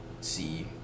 see